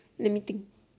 let me think